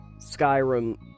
Skyrim